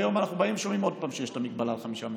והיום אנחנו שומעים ששוב יש מגבלה על חמישה מייצגים.